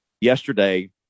yesterday